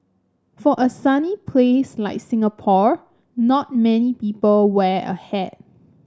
for a sunny place like Singapore not many people wear a hat